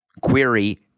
query